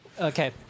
Okay